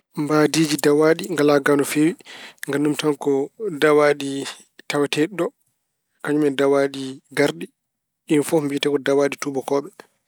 Mbaydiiji dawaaɗi ngalaa ga no feewi. Nganndu mi tan ko dawaaɗi tawateeɗi ɗo, kañum e dawaaɗi ngarɗi. Ɗiin fof wiyetee ko dawaaɗi tuubakooɓe.